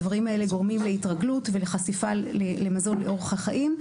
הדברים האלה גורמים להתרגלות ולחשיפה למזון מזיק לאורך החיים,